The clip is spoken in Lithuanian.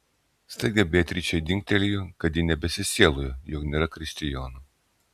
staiga beatričei dingtelėjo kad ji nebesisieloja jog nėra kristijono